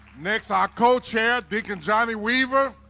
next our co-chair dick and johnny weaver.